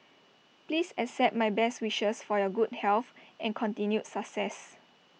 please accept my best wishes for your good health and continued success